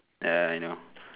ya I know